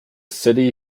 city